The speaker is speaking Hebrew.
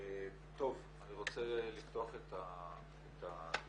טוב, אני רוצה לפתוח את הדיון.